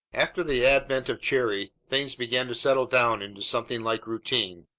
after the advent of cherry things began to settle down into something like routine.